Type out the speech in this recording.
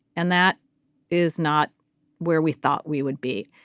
and that is not where we thought we would be.